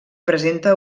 presenta